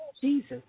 Jesus